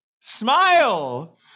smile